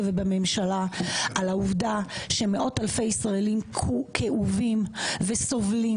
ובממשלה על העובדה שמאות אלפי ישראלים כאובים וסובלים